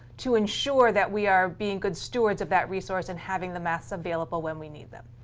to ensure that we are being good stewards of that resource and having the masks available when we need them.